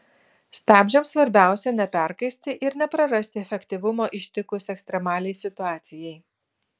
stabdžiams svarbiausia neperkaisti ir neprarasti efektyvumo ištikus ekstremaliai situacijai